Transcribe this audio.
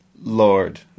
Lord